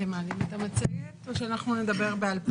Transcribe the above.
אתם מעלים את המצגת או שאנחנו נדבר בעל-פה?